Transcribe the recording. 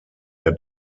der